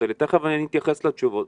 תיכף אני אתייחס לתשובות,